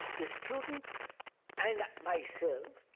the student and myself,